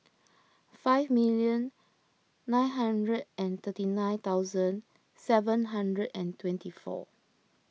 five million nine hundred and thirty nine thousand seven hundred and twenty four